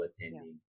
attending